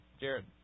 Jared